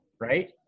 Right